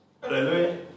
Hallelujah